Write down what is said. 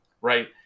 right